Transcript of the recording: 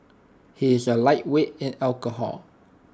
he is A lightweight in alcohol